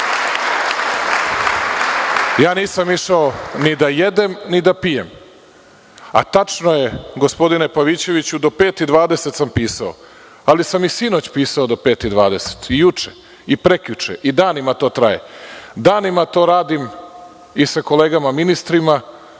napustio. Nisam išao ni da jedem, ni da pijem. Tačno je, gospodine Pavićeviću, do 05,20 časova sam pisao, ali sam i sinoć pisao do 05,20 časova i juče i prekjuče i danima to traje. Danima to radim i sa kolegama ministrima